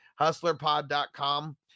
HustlerPod.com